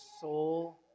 soul